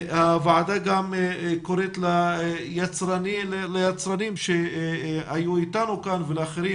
הוועדה גם קוראת ליצרנים שהיו איתנו כאן ולאחרים,